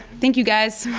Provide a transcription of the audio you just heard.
thank you guys.